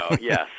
Yes